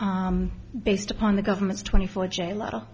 based upon the government's twenty four j lotto